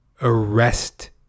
arrest